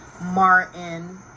Martin